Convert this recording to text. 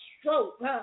stroke